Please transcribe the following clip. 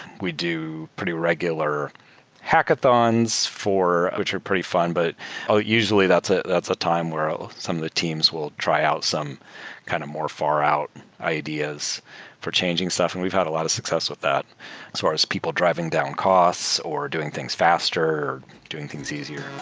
we do pretty regular hackathons, which are pretty fun. but ah usually that's ah that's a time where ah some the teams will try out some kind of more far out ideas for changing stuff, and we've had a lot of success with that as far as people driving down costs or doing things faster or doing things easier